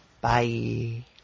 Bye